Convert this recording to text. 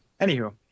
Anywho